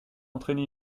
entraîner